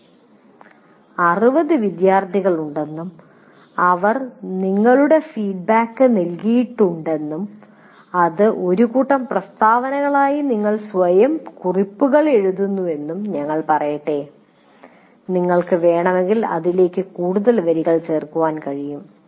60 വിദ്യാർത്ഥികളുണ്ടെന്നും അവർ നിങ്ങളുടെ ഫീഡ്ബാക്ക് നൽകിയിട്ടുണ്ടെന്നും അത് ഒരു കൂട്ടം പ്രസ്താവനകളായി നിങ്ങൾ സ്വയം കുറിപ്പുകൾ എഴുതുന്നുവെന്നും ഞങ്ങൾ പറയട്ടെ നിങ്ങൾക്ക് വേണമെങ്കിൽ ഇതിലേക്ക് കൂടുതൽ വരികൾ ചേർക്കാൻ കഴിയും